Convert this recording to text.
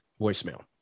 voicemail